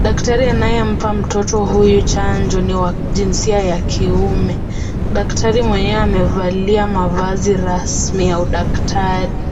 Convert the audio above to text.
Daktari anayempa mtoto huyu chanjo ni wa jinsia ya kiume. Daktari mwenyewe amevalia mavazi rasmi ya udaktari.